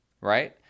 Right